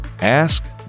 Ask